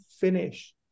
finish